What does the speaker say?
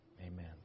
Amen